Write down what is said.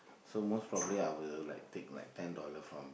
so most probably I will like take like ten dollar from